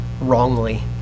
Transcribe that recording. wrongly